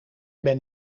ben